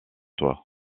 toi